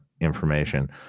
information